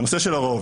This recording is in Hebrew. בנושא של הרוב,